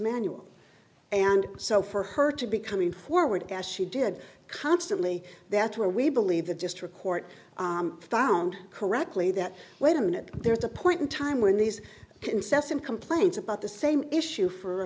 manual and so for her to be coming forward as she did constantly that's where we believe the district court found correctly that wait a minute there's a point in time when these incessant complaints about the same issue for a